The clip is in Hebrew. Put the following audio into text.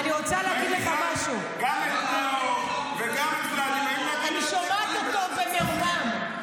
ראיתי גם את נאור וגם את ולדימיר --- אני שומעת אותו במעומעם.